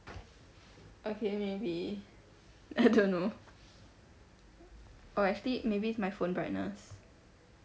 okay maybe I don't know or actually maybe it's my phone brightness